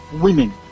Women